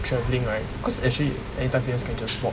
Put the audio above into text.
travelling right because actually Anytime Fitness can just walk